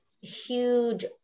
huge